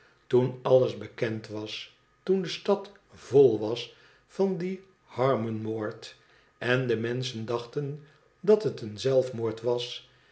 toen alles bekend was toen de stad vol was van dien harmonmoord en de menschen dachten dat het een zelfmoord was